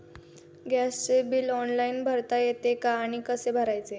गॅसचे bill online भरता येते का आणि कसे भरायचे?